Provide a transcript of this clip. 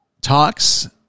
talks